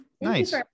nice